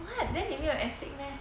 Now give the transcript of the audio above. what then 你没有 astig meh